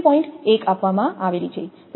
1 આપવામાં આવે છે